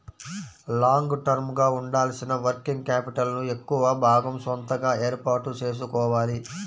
long term గా ఉండాల్సిన working capital ను ఎక్కువ భాగం సొంతగా ఏర్పాటు చేసుకోవాలి